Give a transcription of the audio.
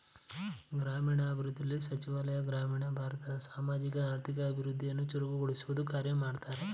ಗ್ರಾಮೀಣಾಭಿವೃದ್ಧಿ ಸಚಿವಾಲಯ ಗ್ರಾಮೀಣ ಭಾರತದ ಸಾಮಾಜಿಕ ಆರ್ಥಿಕ ಅಭಿವೃದ್ಧಿನ ಚುರುಕುಗೊಳಿಸೊ ಕಾರ್ಯ ಮಾಡ್ತದೆ